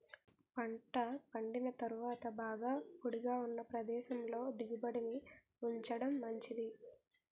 పంట పండిన తరువాత బాగా పొడిగా ఉన్న ప్రదేశంలో దిగుబడిని ఉంచడం మంచిది